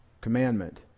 commandment